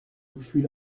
gefühle